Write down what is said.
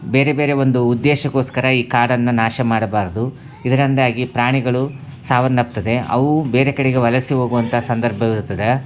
ಬೇರೆ ಬೇರೆ ಒಂದು ಉದ್ದೇಶಕೋಸ್ಕರ ಈ ಕಾಡನ್ನು ನಾಶ ಮಾಡಬಾರದು ಇದ್ರಿಂದಾಗಿ ಪ್ರಾಣಿಗಳು ಸಾವನ್ನಪ್ತದೆ ಅವು ಬೇರೆ ಕಡೆಗೆ ವಲಸೆ ಹೋಗುವಂಥ ಸಂದರ್ಭ ಇರುತ್ತದೆ